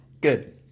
Good